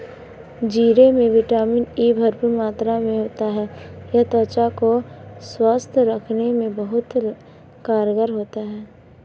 जीरे में vitamin E भरपूर मात्रा में होता है यह त्वचा को स्वस्थ रखने में बहुत कारगर होता है